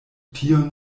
tion